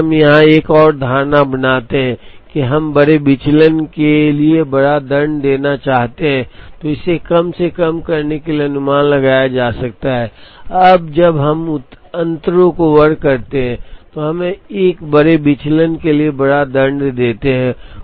यदि हम यहां एक और धारणा बनाते हैं कि हम बड़े विचलन के लिए बड़ा दंड देना चाहते हैं तो इसे कम से कम करने के लिए अनुमान लगाया जा सकता है अब जब हम अंतरों को वर्ग करते हैं तो हम एक बड़े विचलन के लिए एक बड़ा दंड देते हैं